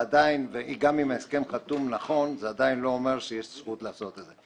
גם אם ההסכם חתום נכון זה עדיין לא אומר שיש זכות לעשות את זה.